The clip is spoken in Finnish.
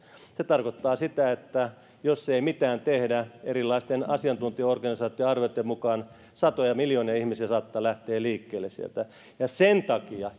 se tarkoittaa sitä että jos ei mitään tehdä erilaisten asiantuntijaorganisaatioiden arvioitten mukaan satoja miljoonia ihmisiä saattaa lähteä liikkeelle sieltä sen takia